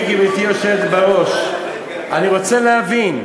תראי, גברתי היושבת בראש, אני רוצה להבין,